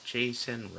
Jason